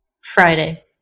Friday